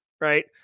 right